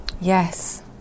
Yes